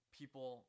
people